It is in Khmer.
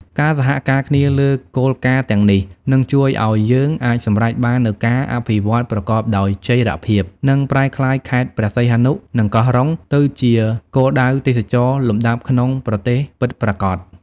ការសហការគ្នាលើគោលការណ៍ទាំងនេះ នឹងជួយឲ្យយើងអាចសម្រេចបាននូវការអភិវឌ្ឍប្រកបដោយចីរភាព និងប្រែក្លាយខេត្តព្រះសីហនុ និងកោះរ៉ុង ទៅជាគោលដៅទេសចរណ៍លំដាប់ក្នុងប្រទេសពិតប្រាកដ។